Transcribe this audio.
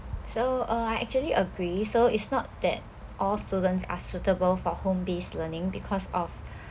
so uh I actually agree so it's not that all students are suitable for home based learning because of